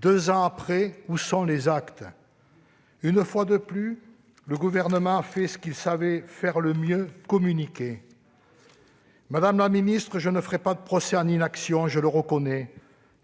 Deux ans après, où sont les actes ? Une fois de plus, le Gouvernement a fait ce qu'il sait faire le mieux : communiquer ! Très bien ! Madame la ministre, je ne ferai pas de procès en inaction. Je le reconnais,